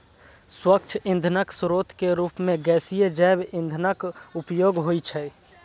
स्वच्छ ईंधनक स्रोत के रूप मे गैसीय जैव ईंधनक उपयोग होइ छै